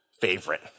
favorite